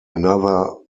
another